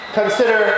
Consider